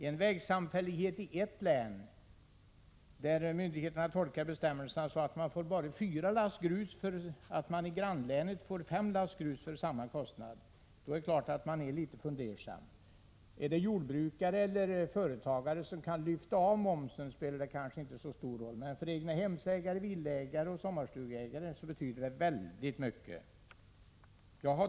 Det är klart att man blir litet fundersam i en vägsamfällighet när myndigheterna i ett län tolkar bestämmelserna så att man får fyra lass grus, medan myndigheterna i ett annat län tolkar dem så att man får fem lass grus, trots att kostnaden är densamma. Är det en jordbrukare eller företagare som kan räkna bort momsen, spelar detta kanske inte så stor roll. Men för egnahemsägare, villaägare och sommarstugägare betyder det mycket.